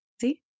See